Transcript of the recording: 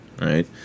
Right